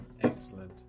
Excellent